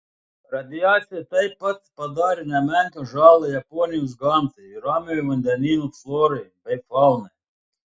radiacija taip pat padarė nemenką žalą japonijos gamtai ir ramiojo vandenyno florai bei faunai